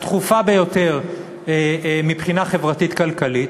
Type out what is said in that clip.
הדחופה ביותר מבחינה חברתית-כלכלית,